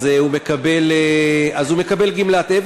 הצעת החוק היא מאוד פשוטה: לתת גמלת אבל